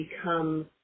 become